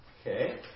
Okay